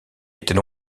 était